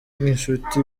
nk’inshuti